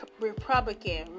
Republican